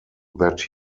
that